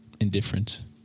Indifference